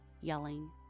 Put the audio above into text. yelling